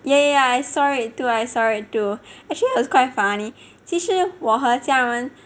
yeah I saw it too I saw it too actually that was quite funny 其实我和家人